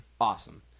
awesome